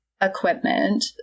equipment